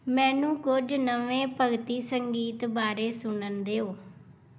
ਮੈਨੂੰ ਕੁਝ ਨਵੇਂ ਭਗਤੀ ਸੰਗੀਤ ਬਾਰੇ ਸੁਣਨ ਦਿਓ